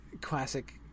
classic